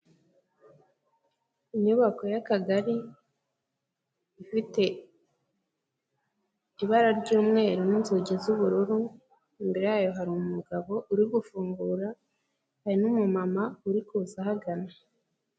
Inyubako y'Akagari ifite ibara ry'umweru n'inzugi z'ubururu, imbere yayo hari umugabo uri gufungura hari n'umumama uri kuza ahagana.